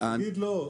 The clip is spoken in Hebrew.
תגיד שלא.